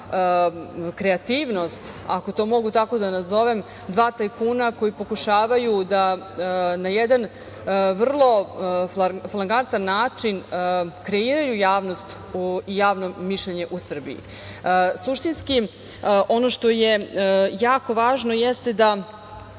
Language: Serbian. kreativnost, ako to mogu tako da nazovem, dva tajkuna koji pokušavaju da na jedan vrlo flagrantan način kreiraju javnost i javno mišljenje u Srbiji. Suštinski, ono što je jako važno, jeste da